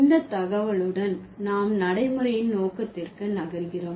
இந்த தகவலுடன் நாம் நடைமுறையின் நோக்கத்திற்கு நகர்கிறோம்